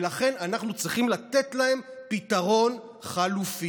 ולכן אנחנו צריכים לתת להם פתרון חלופי,